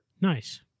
Nice